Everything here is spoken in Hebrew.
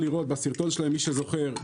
למי שזוכר,